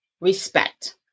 respect